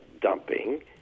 dumping